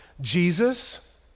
Jesus